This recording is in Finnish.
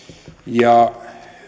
ja